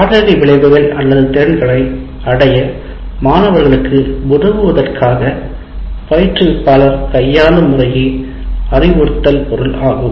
பாடநெறி விளைவுகள் அல்லது திறன்களை அடைய மாணவர்களுக்கு உதவுவதற்காக பயிற்றுவிப்பாளர் கையாளும் முறையே அறிவுறுத்தல் பொருள் ஆகும்